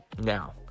now